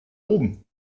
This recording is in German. oben